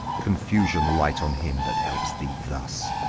confusion light on him that helps thee thus!